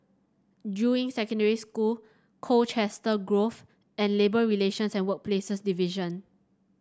Juying Secondary School Colchester Grove and Labour Relations and Workplaces Division